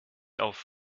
auf